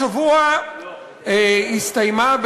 השבוע הסתיימה,